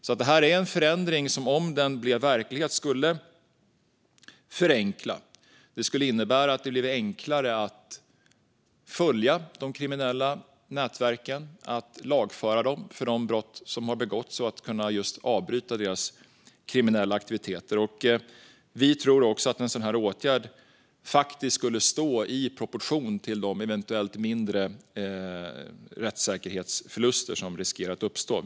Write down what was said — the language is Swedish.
Om denna förändring blev verklighet skulle den innebära en förenkling. Det skulle bli enklare att följa de kriminella nätverken och lagföra dem för de brott som de har begått och avbryta deras kriminella aktiviteter. Vi tror också att en åtgärd som denna skulle stå i proportion till de eventuella mindre rättssäkerhetsförluster som riskerar att uppstå.